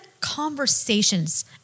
conversations